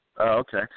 Okay